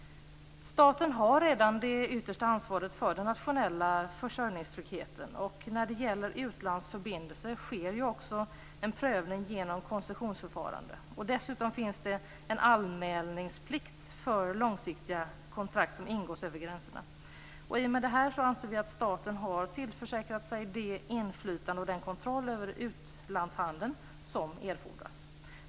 Staten har redan det yttersta ansvaret för den nationella försörjningstryggheten. När det gäller utlandsförbindelser sker också en prövning genom koncessionsförfarandet. Dessutom finns det en anmälningsplikt när det gäller långsiktiga kontrakt som ingås över gränserna. I och med detta anser vi att staten har tillförsäkrat sig det inflytande och den kontroll över utlandshandeln som erfordras.